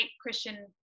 Christian